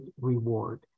reward